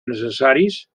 necessaris